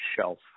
shelf